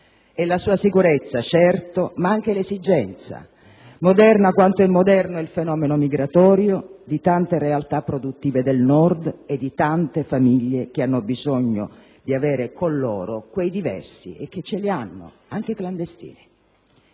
e la sua sicurezza, certo, ma anche l'esigenza, moderna quanto è moderno il fenomeno migratorio, di tante realtà produttive del Nord e di tante famiglie che hanno bisogno di avere con loro quei diversi e che ce li hanno, anche clandestini.